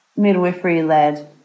midwifery-led